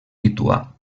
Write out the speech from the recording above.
lituà